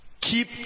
keep